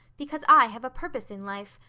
because i have a purpose in life.